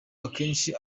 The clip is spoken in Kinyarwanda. akenshi